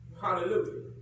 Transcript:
Hallelujah